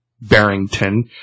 Barrington